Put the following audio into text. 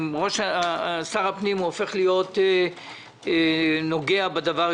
שר הפנים הופך להיות נוגע בדבר,